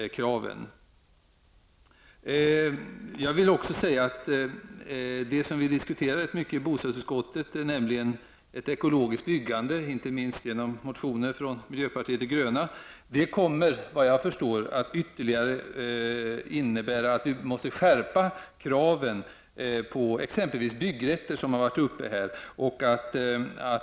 naturkraven. Det som vi diskuterar ganska mycket i bostadsutskottet, nämligen ett ekologiskt byggande, inte minst på grund av motioner från miljöpartiet de gröna, kommer, så vitt jag förstår, att innebära att vi måste skärpa kraven ytterligare exempelvis på byggrätter, vilket har tagits upp här.